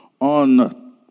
on